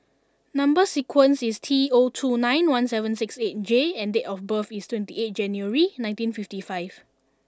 number sequence is T zero two nine one seven six eight J and date of birth is twenty eight January nineteen fifty five